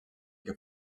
que